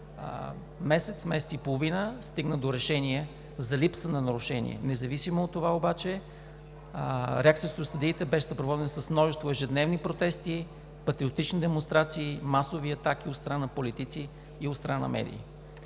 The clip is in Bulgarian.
месец-месец и половина стигна до решение за липса на нарушение. Независимо от това обаче, реакцията срещу съдиите беше съпроводена с множество ежедневни протести, патриотични демонстрации, масови атаки от страна на политици и от страна на медии.